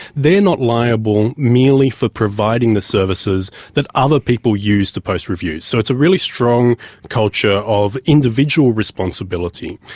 they are not liable merely for providing providing the services that other people use to post reviews. so it's a really strong culture of individual responsibility.